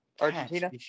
Argentina